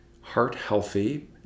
heart-healthy